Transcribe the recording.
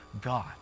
God